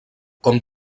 com